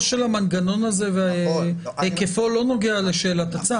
של המנגנון הזה והיקפו לא נוגע לשאלת הצו.